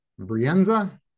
Brienza